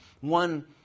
one